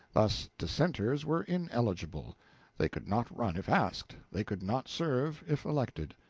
thus dissenters were ineligible they could not run if asked, they could not serve if elected.